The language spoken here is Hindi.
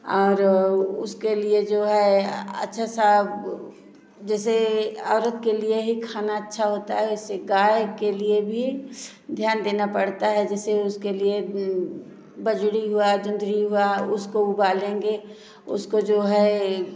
और उसके लिए जो है अच्छा सा जैसे औरत के लिए ही खाना अच्छा होता है वैसे ही गाय के लिए भी ध्यान देना पड़ता है जैसे उसके लिए बजरी हुआ जूनद्री हुआ उसको उबालेंगे उसको जो है